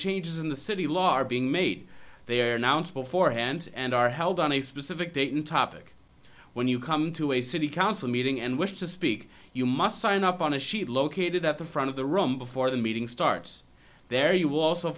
changes in the city law are being made they are announced before hand and are held on a specific date and topic when you come to a city council meeting and wish to speak you must sign up on a sheet located at the front of the room before the meeting starts there you